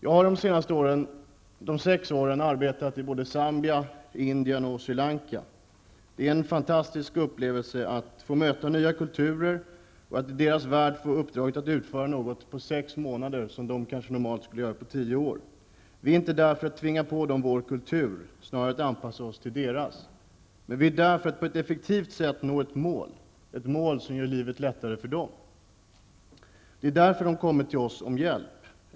Jag har under de senaste sex åren jobbat i Zambia, Indien och Sri Lanka. Det är en fantastisk upplevelse att få möta nya kulturer och att i deras värld få uppdraget att utföra något på sex månader som man normalt kanske skulle behöva tio år för. Vi är inte i de här länderna för att tvinga på människorna vår kultur, snarare för att anpassa oss till deras. Vi är där för att på ett effektivt sätt nå ett mål, ett mål som gör livet lättare för de här människorna. Det är därför som man har kommit till oss och bett om hjälp.